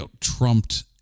trumped